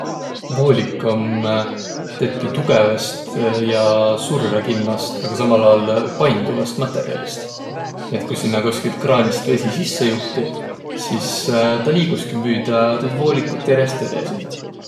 Voolik om tettü tugõvast ja survõkimmäst, aga samal aol painduvast matõrjalist. Nii, et ku sinnäq koskilt kraanist vesi sisse juhtiq, sis tuu liiguski müüdä tuud voolikut järest edesi.